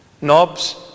Knobs